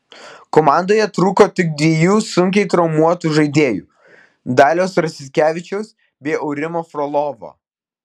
komandoje trūko tik dviejų sunkiai traumuotų žaidėjų daliaus rasikevičiaus bei aurimo frolovo